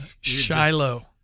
shiloh